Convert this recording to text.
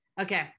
Okay